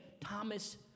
Thomas